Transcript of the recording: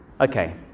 Okay